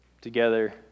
together